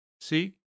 see